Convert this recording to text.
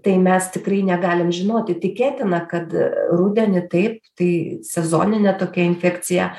tai mes tikrai negalim žinoti tikėtina kad rudenį taip tai sezoninė tokia infekcija